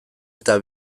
eta